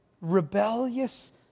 Rebellious